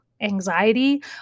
anxiety